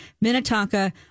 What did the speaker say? Minnetonka